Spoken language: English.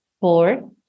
four